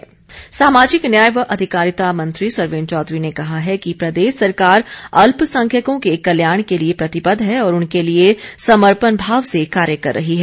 सरवीण चौधरी सामाजिक न्याय व अधिकारिता मंत्री सरवीण चौधरी ने कहा है कि प्रदेश सरकार अल्पसंख्यकों के कल्याण के लिए प्रतिबद्ध है और उनके लिए समर्पण भाव से कार्य कर रही है